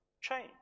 change